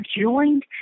joined